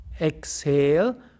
Exhale